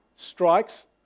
strikes